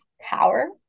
power